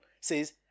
says